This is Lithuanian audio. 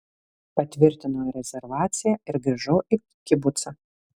patvirtinau rezervaciją ir grįžau į kibucą